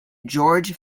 george